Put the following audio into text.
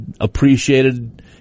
appreciated